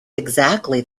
exactly